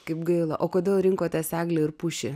kaip gaila o kodėl rinkotės eglę ir pušį